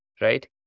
right